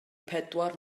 pedwar